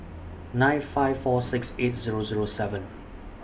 nine five four six eight Zero Zero seven